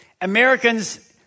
Americans